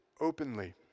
openly